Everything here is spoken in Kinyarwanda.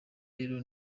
rero